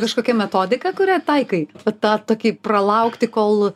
kažkokia metodika kurią taikai vat tą tokį pralaukti kol